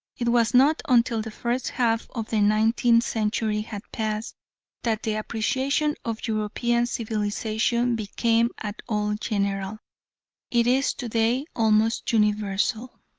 it was not until the first half of the nineteenth century had passed that the appreciation of european civilisation became at all general it is to-day almost universal.